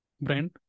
Brand